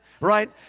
right